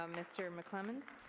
um mr. mcclemens.